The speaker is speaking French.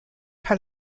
par